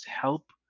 help